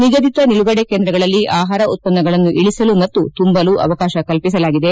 ನಿಗದಿತ ನಿಲುಗಡೆ ಕೇಂದ್ರಗಳಲ್ಲಿ ಆಹಾರ ಉತ್ಪನ್ನಗಳನ್ನು ಇಳಿಸಲು ಮತ್ತು ತುಂಬಲು ಅವಕಾಶ ಕಲ್ಪಿಸಲಾಗಿದೆ